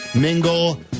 mingle